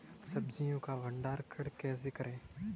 सब्जियों का भंडारण कैसे करें?